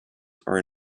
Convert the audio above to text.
are